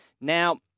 Now